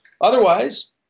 Otherwise